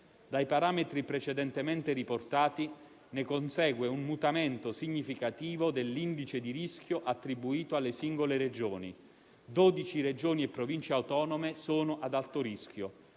Dai parametri precedentemente riportati consegue un mutamento significativo dell'indice di rischio attribuito alle singole Regioni: dodici Regioni e Province autonome sono ad alto rischio;